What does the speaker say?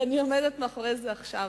ואני עומדת מאחורי זה עכשיו.